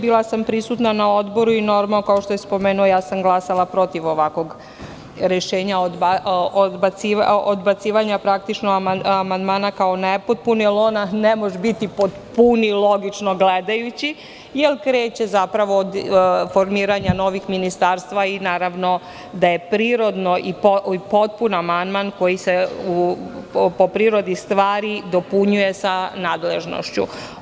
Bila sam prisutna na odboru i, kao što je spomenuo, ja sam glasala protiv ovakvog rešenja o odbacivanju amandmana kao nepotpunog, jer on ne može biti potpuniji, logično gledajući, jer kreće od formiranja novih ministarstava i naravno da je prirodno potpun amandman koji se, po prirodi stvari, dopunjuje sa nadležnošću.